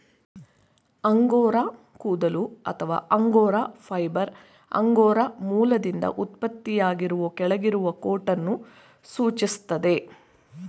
angora ಕೂದಲು ಅಥವಾ angora fibre angora ಮೊಲದಿಂದ ಉತ್ಪತ್ತಿಯಾಗುವ ಕೆಳಗಿರುವ ಕೋಟನ್ನು ಸೂಚಿಸ್ತದೆ